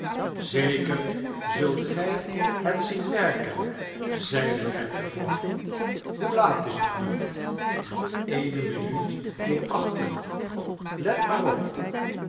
zeker zult gy het zien werken zeide maitre voigt hoe laat is het nu nog eene minuut voor achten let maar op